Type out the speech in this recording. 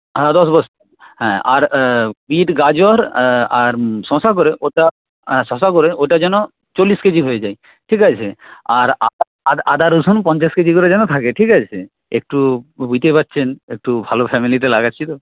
হ্যাঁ দশ বস্তা হ্যাঁ আর বিট গাজর আর শশা করে ওটা শশা করে ওটা যেন চল্লিশ কেজি হয়ে যায় ঠিক আছে আর আদা রসুন পঞ্চাশ কেজি করে যেন থাকে ঠিক আছে একটু বুঝতেই পারছেন একটু ভালো ফ্যামিলিতে লাগাচ্ছি তো